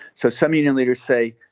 so some union leaders say,